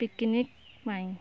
picnic ପାଇଁ